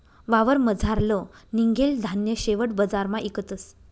वावरमझारलं निंघेल धान्य शेवट बजारमा इकतस